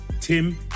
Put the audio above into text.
Tim